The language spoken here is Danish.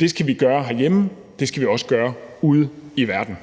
Det skal vi gøre herhjemme, og det skal vi også gøre ude i verden.